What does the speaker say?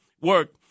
work